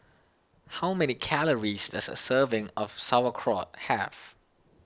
how many calories does a serving of Sauerkraut have